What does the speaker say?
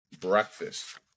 breakfast